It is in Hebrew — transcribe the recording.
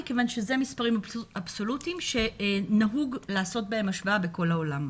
מכיוון שאלה מספרים אבסולוטיים שנהוג לעשות בהם השוואה בכל העולם.